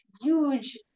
huge